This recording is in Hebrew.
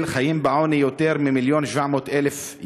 חיים בעוני יותר מ-1.7 מיליון אנשים,